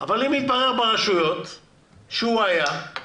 אבל אם יתברר ברשויות שהוא היה,